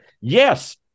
yes